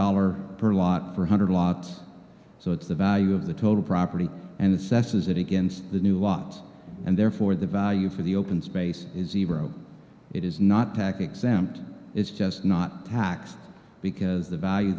dollar per lot for hundred lots so it's the value of the total property and assesses it against the new lots and therefore the value for the open space is zero it is not tactics empty it's just not taxed because the value